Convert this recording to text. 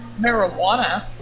marijuana